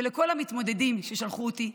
ולכל המתמודדים ששלחו אותי,